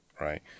right